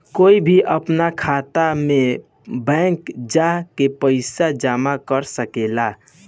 कोई भी आपन खाता मे बैंक जा के पइसा जामा कर सकेला